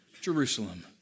Jerusalem